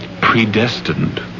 predestined